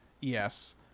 Yes